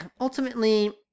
ultimately